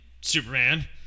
Superman